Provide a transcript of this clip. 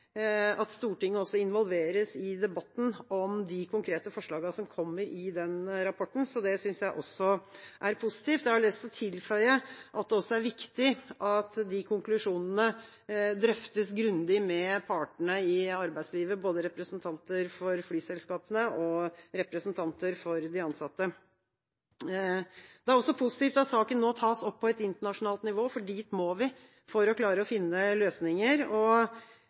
at Stortinget også involveres i debatten om de konkrete forslagene som kommer i rapporten. Så det synes jeg også er positivt. Jeg har lyst til å tilføye at det også er viktig at konklusjonene drøftes grundig med partene i arbeidslivet, både representanter for flyselskapene og representanter for de ansatte. Det er også positivt at saken nå tas opp på et internasjonalt nivå, for dit må vi for å klare å finne løsninger.